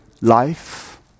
life